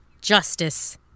justice